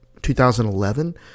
2011